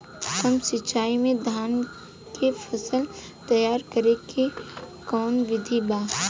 कम सिचाई में धान के फसल तैयार करे क कवन बिधि बा?